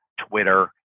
Twitter